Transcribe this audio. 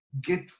get